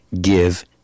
give